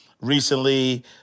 recently